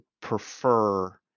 prefer